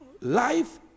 life